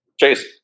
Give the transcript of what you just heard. Chase